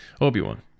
Obi-Wan